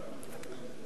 חבר הכנסת אייכלר,